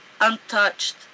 untouched